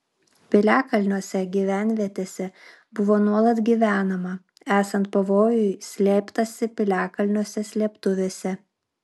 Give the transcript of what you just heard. piliakalniuose gyvenvietėse buvo nuolat gyvenama esant pavojui slėptasi piliakalniuose slėptuvėse